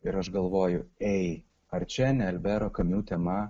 ir aš galvoju ei ar čia ne albero kamiu tema